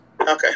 Okay